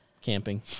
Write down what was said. camping